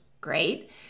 great